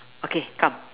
okay come